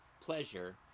pleasure